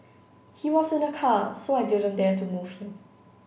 he was in a car so I didn't dare to move him